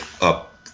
up